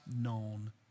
known